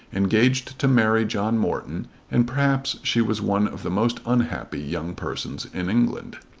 engaged to marry john morton and perhaps she was one of the most unhappy young persons in england.